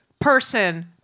person